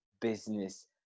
business